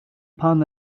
pan